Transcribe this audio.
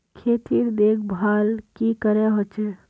खेतीर देखभल की करे होचे?